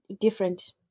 different